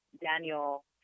Daniel